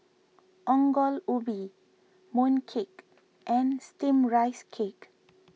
Ongol Ubi Mooncake and Steamed Rice Cake